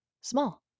small